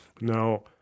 Now